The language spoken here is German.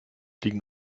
liegen